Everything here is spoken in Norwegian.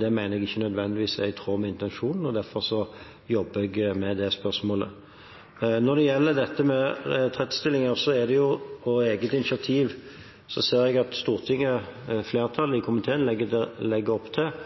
Det mener jeg ikke nødvendigvis er i tråd med intensjonen, og derfor jobber jeg med det spørsmålet. Når det gjelder retrettstillinger på eget initiativ, ser jeg at flertallet i komiteen legger opp til